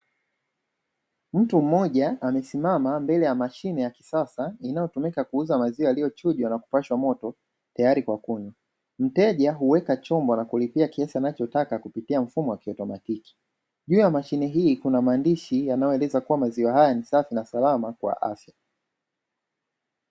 Mtu mmoja amesimama mbele ya mashine ya kisasa, inayotumika kuuza maziwa yaliyochujwa na kupashwa moto, tayari kwa kunywa. Mteja huweka chombo na kulipia kiasi anachotaka kupitia mfumo wa kiotomatiki. Juu ya mashine hii kuna maandishi yanayoeleza kuwa maziwa haya ni safi na salama kwa afya.